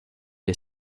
est